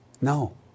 No